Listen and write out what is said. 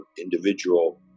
individual